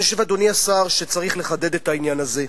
אני חושב, אדוני השר, שצריך לחדד את העניין הזה.